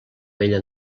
vella